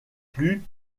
plus